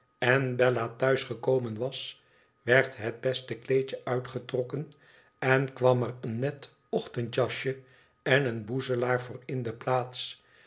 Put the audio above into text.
en bella thuis gekomen was werd het beste kleedje uitgetrokken en kwam er een net ochtendjasje en een boezelaar voor in de plaats